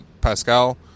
Pascal